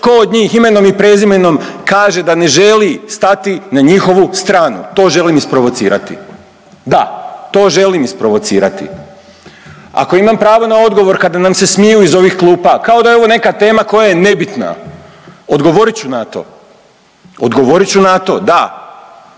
tko od njih imenom i prezimenom kaže da ne želi stati na njihovu stranu. To želim isprovocirati. Da, to želim isprovocirati. Ako imam pravo na odgovor kada nam se smiju iz ovih klupa, ako da je ovo neka tema koja je nebitna, odgovorit ću na to, odgovorit ću na to, da.